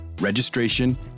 Registration